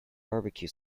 barbecue